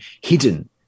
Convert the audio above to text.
hidden